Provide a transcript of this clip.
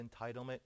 entitlement